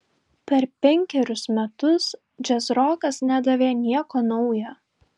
per penkerius metus džiazrokas nedavė nieko nauja